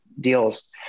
deals